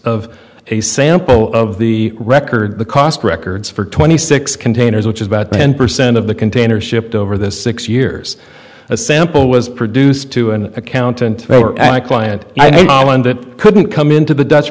of a sample of the record the cost records for twenty six containers which is about ten percent of the container shipped over the six years a sample was produced to an accountant client and it couldn't come into th